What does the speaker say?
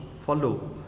follow